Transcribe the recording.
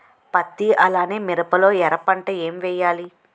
పత్తి అలానే మిరప లో ఎర పంట ఏం వేయాలి?